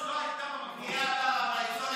עוד לפני שפתחת את הפה.